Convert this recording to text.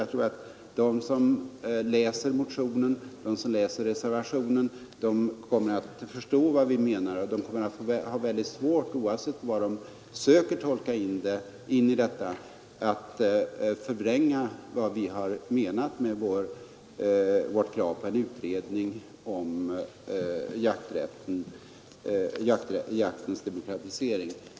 Jag tror att de som läser motionen och de som läser reservationen kommer att förstå vad vi menar, och de kommer — oavsett vad de söker tolka in i detta — att ha svårt att förvränga vad vi har menat med vårt krav på en utredning om jaktens demokratisering.